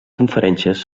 conferències